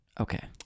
okay